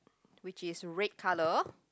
which is red colour